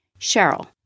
Cheryl